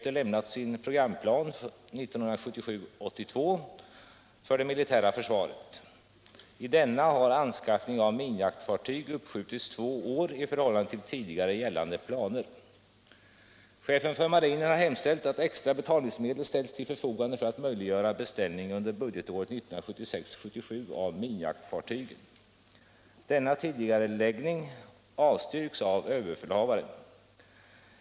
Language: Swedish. Chefen för marinen har hemställt att extra betalningsmedel ställs till förfogande för att möjliggöra beställning under budgetåret 1976/77 av minjaktfartygen. Denna tidigareläggning avstyrks av överbefälhavaren.